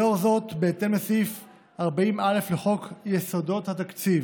לאור זאת, בהתאם לסעיף 40א לחוק יסודות התקציב,